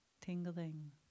tingling